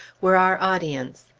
were our audience.